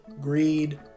greed